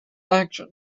action